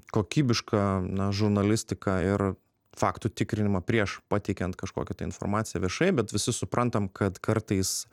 kokybišką na žurnalistiką ir faktų tikrinimą prieš pateikiant kažkokią informaciją viešai bet visi suprantam kad kartais